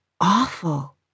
awful